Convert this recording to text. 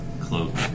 cloak